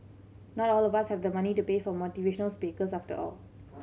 not all of us have the money to pay for motivational speakers after all